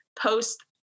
post